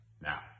now